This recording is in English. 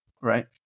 right